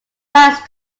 price